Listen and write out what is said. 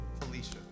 Felicia